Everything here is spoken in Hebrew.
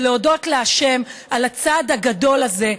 ולהודות להשם על הצעד הגדול הזה,